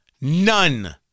None